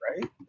Right